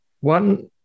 one